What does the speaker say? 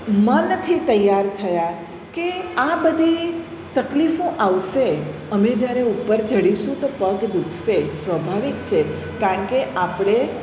મનથી તૈયાર થયા કે આ બધી તકલીફો આવશે અમે જ્યારે ઉપર ચઢીશું તો પગ દુખશે સ્વભાવિક છે કારણ કે આપણે